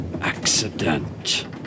accident